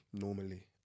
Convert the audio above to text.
normally